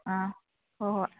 ꯑꯥ ꯍꯣꯏ ꯍꯣꯏ